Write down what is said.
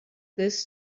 this